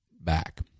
Back